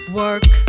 work